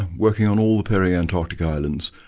working on all the peri-antarctic islands,